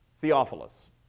Theophilus